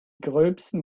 gröbsten